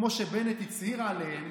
כמו שבנט הצהיר עליהם,